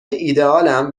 ایدهآلم